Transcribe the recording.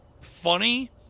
funny